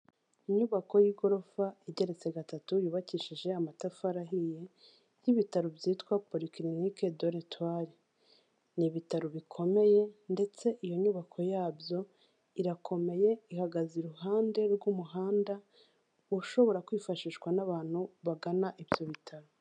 Inyubako y'igorofa igeretse gatatu yubakishije amatafari ahiye y'ibitaro byitwa Polikirinike do Letware, ni ibitaro bikomeye ndetse iyo nyubako yabyo irakomeye ihagaze iruhande rw'umuhanda, ushobora kwifashishwa n'abantu bagana ibyo bitaro.